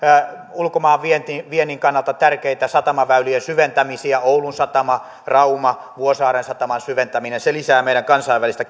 ulkomaan viennin kannalta tärkeitä satamaväylien syventämisiä oulun satama rauma vuosaaren sataman syventäminen jotka lisäävät meidän kansainvälistä